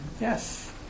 Yes